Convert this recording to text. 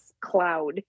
cloud